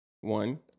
one